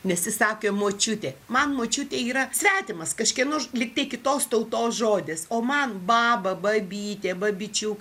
nes ji sakė močiutė man močiutė yra svetimas kažkieno lyg tai kitos tautos žodis o man baba babytė babyčiuk